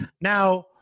Now